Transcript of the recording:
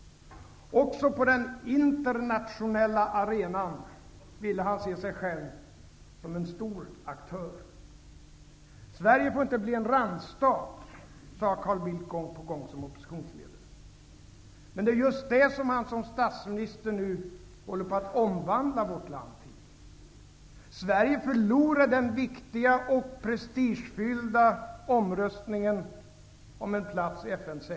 Också på den internationella arenan ville han se sig själv som en stor aktör. Sverige får inte bli en randstat, sade Carl Bildt, gång på gång som oppositionsledare. Men det är just det som han som statsminister nu håller på att omvandla vårt land till.